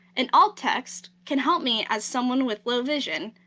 and alt text can help me as someone with low vision,